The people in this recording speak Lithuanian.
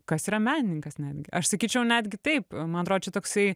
kas yra menininkas netgi aš sakyčiau netgi taip man atrodo čia toksai